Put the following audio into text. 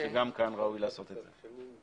שגם כאן ראוי לעשות את זה.